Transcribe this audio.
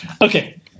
Okay